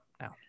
now